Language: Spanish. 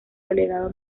delegado